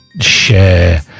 share